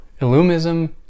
illumism